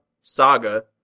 Saga